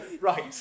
right